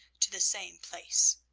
to the same place